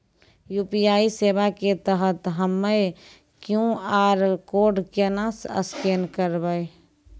UPI सेवा के तहत हम्मय क्यू.आर कोड केना स्कैन करबै?